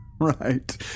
Right